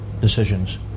decisions